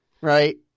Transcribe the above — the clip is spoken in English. right